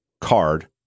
card